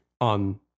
on